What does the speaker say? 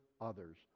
others